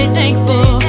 thankful